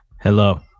Hello